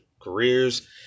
careers